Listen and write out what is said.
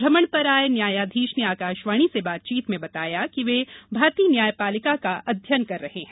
भ्रमण पर आये न्यायाधीश ने आकाशवाणी से बातचीत में बताया कि वे भारतीय न्यायपालिका का अध्ययन कर रहे हैं